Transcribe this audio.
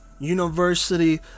University